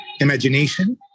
imagination